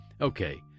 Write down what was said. Okay